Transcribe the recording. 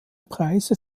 preise